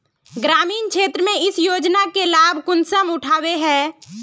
ग्रामीण क्षेत्र में इस योजना के लाभ कुंसम उठावे है?